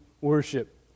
worship